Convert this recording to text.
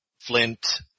Flint